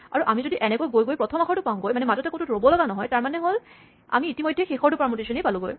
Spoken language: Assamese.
আৰু আমি যদি এনেকৈ গৈ গৈ প্ৰথম আখৰটো পাওঁগৈ তাৰমানে হ'ল আমি ইতিমধ্যে শেষৰটো পাৰমুটেচনেই পালোগৈ